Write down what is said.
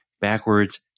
backwards